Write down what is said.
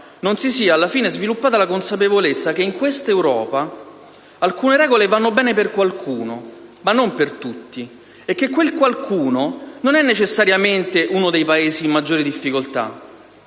non si sia alla fine sviluppata la consapevolezza che in questa Europa alcune regole vanno bene per qualcuno, ma non per tutti, e che quel qualcuno non è necessariamente uno dei Paesi in maggiore difficoltà?